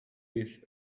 with